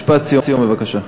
משפט סיום, בבקשה.